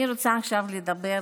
אני רוצה עכשיו לדבר,